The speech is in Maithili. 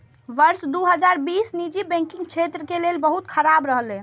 वर्ष दू हजार बीस निजी बैंकिंग क्षेत्र के लेल बहुत खराब रहलै